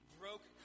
broke